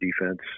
defense